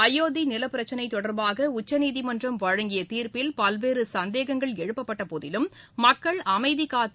அயோத்தி நிலப்பிரச்சினை தொடர்பாக உச்சநீதிமன்றம் வழங்கிய தீர்ப்பில் பல்வேறு சந்தேகங்கள் எழுப்பப்பட்ட போதிலும் மக்கள் அமைதி காத்து